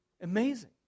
Amazing